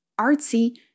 artsy